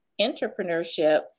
entrepreneurship